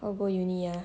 or go uni ah